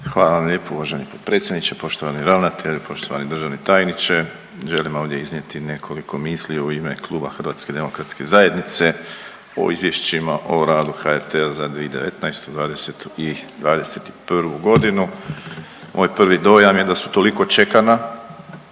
Hvala vam lijepo uvaženi potpredsjedniče, poštovani ravnatelju, poštovani državni tajniče. Želim ovdje iznijeti nekoliko misli u ime Kluba HDZ-a o Izvješćima o radu HRT-a za 2019., '20. i '21.g.. Moj prvi dojam je da su toliko čekana